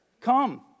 Come